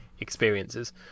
experiences